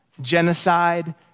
genocide